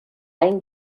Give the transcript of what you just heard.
hain